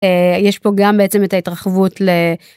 יש פה גם בעצם את ההתרחבות. ל...